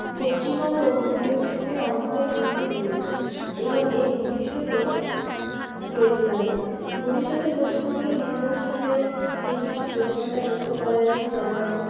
পশ্চিমবঙ্গ বিনোদন শিল্পে অনেকটাই উন্নতি করেছে এবং এর ভবিষ্যতও রয়েছে অনেক ভবিষ্যতে পশ্চিমবঙ্গের বিনোদন শিল্পে বেশ কিছু প্রবণতা লক্ষ্য করা যায় যেমন